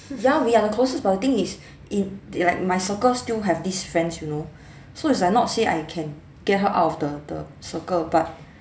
ya we are the closest but the thing is in th~ like my circle still have this friends you know so it's like not say I can get her out of the the circle but